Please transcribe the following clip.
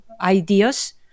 ideas